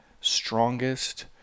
strongest